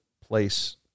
place